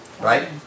Right